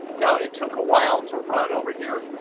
now it took a while to run over here.